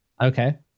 Okay